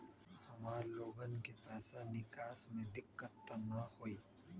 हमार लोगन के पैसा निकास में दिक्कत त न होई?